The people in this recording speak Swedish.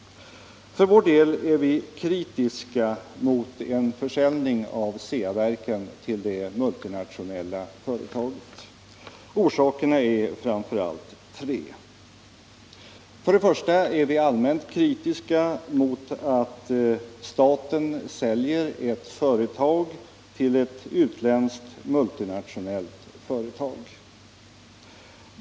För vår del är vi kritiska mot en försäljning av Ceaverken till det multinationella företaget. Orsakerna är framför allt tre. För det första är vi allmänt kritiska mot att staten säljer ett företag till ett utländskt multinationellt företag.